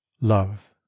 Love